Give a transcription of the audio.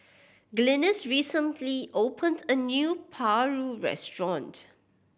Glynis recently opened a new paru restaurant